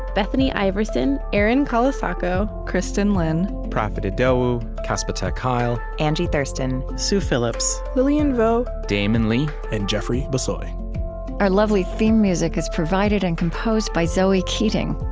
bethany iverson, erin colasacco, kristin lin, profit idowu, casper ter kuile, angie thurston, sue phillips, lilian vo, damon lee, and jeffrey bissoy our lovely theme music is provided and composed by zoe keating.